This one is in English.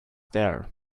there